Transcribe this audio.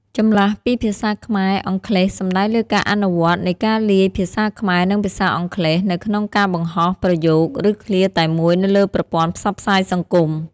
ចម្លាស់ពីភាសាខ្មែរ-អង់គ្លេស សំដៅលើការអនុវត្តនៃការលាយភាសាខ្មែរ និងភាសាអង់គ្លេស នៅក្នុងការបង្ហោះ ប្រយោគ ឬឃ្លាតែមួយនៅលើប្រព័ន្ធផ្សព្វផ្សាយសង្គម។